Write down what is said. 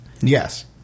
Yes